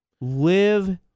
Live